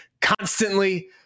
Constantly